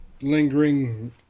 lingering